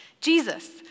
Jesus